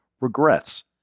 Regrets